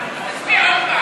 סעיף 19,